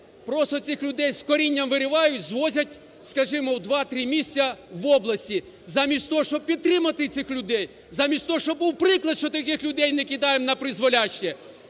Просто цих людей з корінням виривають, звозять, скажімо, в два-три місця, в області. Замість того, щоб підтримати цих людей, замість того, щоб був приклад, що таких людей не кидаємо напризволяще,